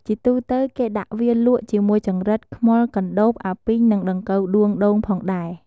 ជាទូទៅ គេដាក់វាលក់ជាមួយចង្រិត ខ្មុល កណ្ដូប អាពីង និងដង្កូវដួងដូងផងដែរ។